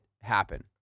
happen